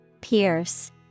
Pierce